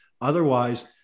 Otherwise